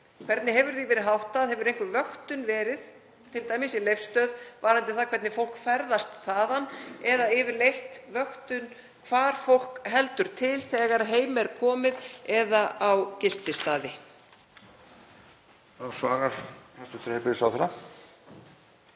Hvernig hefur því verið háttað? Hefur einhver vöktun verið t.d. í Leifsstöð varðandi það hvernig fólk ferðast þaðan eða yfirleitt vöktun á því hvar fólk heldur til þegar heim er komið eða á gististaði?